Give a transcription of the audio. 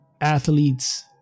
athletes